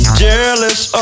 jealous